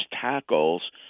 tackles